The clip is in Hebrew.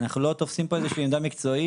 אנחנו לא תופסים פה איזושהי עמדה מקצועית.